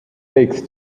takes